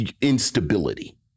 instability